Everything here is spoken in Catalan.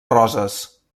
roses